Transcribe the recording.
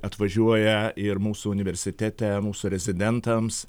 atvažiuoja ir mūsų universitete mūsų rezidentams